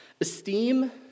esteem